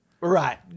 Right